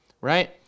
right